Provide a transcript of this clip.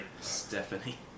Stephanie